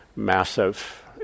Massive